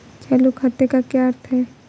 चालू खाते का क्या अर्थ है?